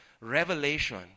revelation